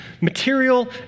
material